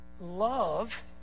love